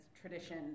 tradition